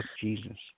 Jesus